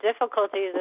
difficulties